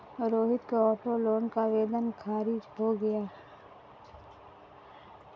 रोहित के auto loan का आवेदन खारिज हो गया